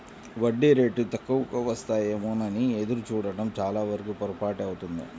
వడ్డీ రేటు తక్కువకు వస్తాయేమోనని ఎదురు చూడడం చాలావరకు పొరపాటే అవుతుంది